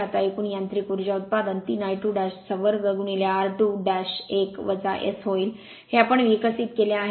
आता एकूण यांत्रिक उर्जा उत्पादन 3 I22 r2 1 S होईल हे आपण विकसित केले आहे